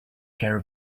care